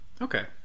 Okay